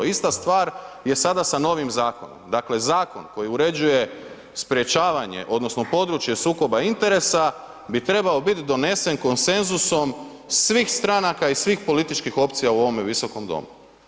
Ista stvar je sada sa novim zakonom, dakle, zakon koji uređuje sprječavanje odnosno područje sukoba interesa bi trebao biti donesen konsenzusom svih stranaka i svih političkih opcija u ovome Visokom domu.